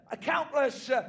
countless